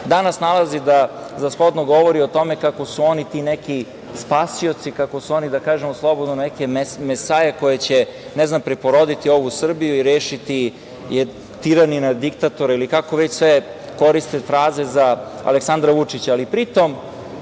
danas nalazi za shodno da govori o tome kako su oni ti neki spasioci, kako su oni, da kažemo slobodno, neke mesaje koje će preporoditi ovu Srbiju i rešiti je tiranina, diktatora ili kako već koriste te fraze za Aleksandra Vučića.U tim